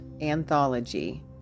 anthology